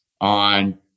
on